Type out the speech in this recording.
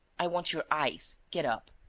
i want your eyes. get up.